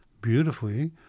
beautifully